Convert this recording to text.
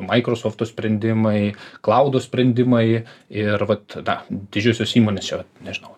maikrosofto sprendimai klaudų sprendimai ir vat tada didžiosios įmonės čia nežinau